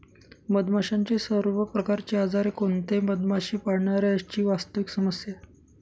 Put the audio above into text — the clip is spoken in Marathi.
मधमाशांचे सर्व प्रकारचे आजार हे कोणत्याही मधमाशी पाळणाऱ्या ची वास्तविक समस्या आहे